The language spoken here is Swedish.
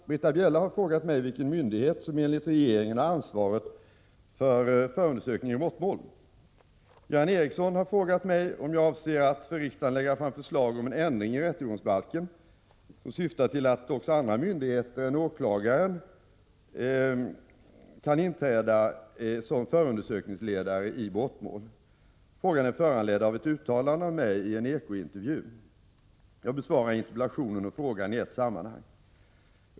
Herr talman! Britta Bjelle har frågat mig vilken myndighet som enligt regeringen har ansvaret för förundersökning i brottmål. Göran Ericsson har frågat mig om jag avser att för riksdagen lägga fram förslag om en ändring i rättegångsbalken, som syftar till att också andra myndigheter än åklagarna kan inträda som förundersökningsledare i brottmål. Frågan är föranledd av ett uttalande av mig i en Eko-intervju. Jag besvarar interpellationen och frågan i ett sammanhang.